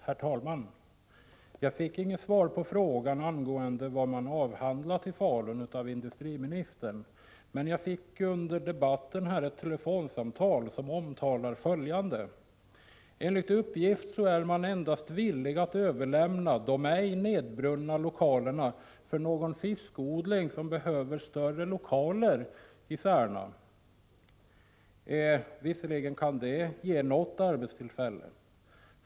Herr talman! Jag fick inget svar av industriministern på frågan om vad man avhandlat i Falun, men jag fick under debatten ett telefonsamtal där följande omtalades: Enligt uppgift är man endast villig att överlämna de ej nedbrunna lokalerna till någon fiskodling som behöver större lokaler i Särna. Det kan naturligtvis ge något arbetstillfälle.